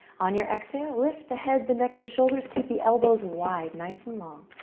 on your exhale, lift the head, the neck, the shoulders. keep the elbows wide. nice and long.